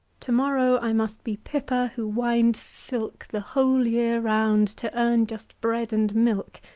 to-morrow i must be pippa who winds silk, the whole year round, to earn just bread and milk